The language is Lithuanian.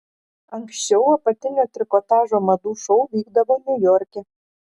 anksčiau apatinio trikotažo madų šou vykdavo niujorke